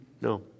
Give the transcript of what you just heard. No